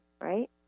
right